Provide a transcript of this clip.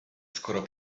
skoro